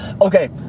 Okay